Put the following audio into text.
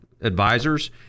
Advisors